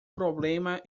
problema